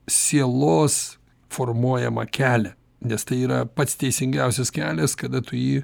sielos formuojamą kelią nes tai yra pats teisingiausias kelias kada tu jį